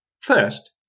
First